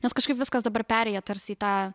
nes kažkaip viskas dabar perėję tarsi į tą